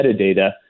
metadata